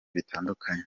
bitandukanye